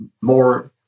more